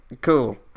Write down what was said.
cool